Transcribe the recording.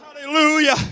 hallelujah